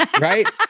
right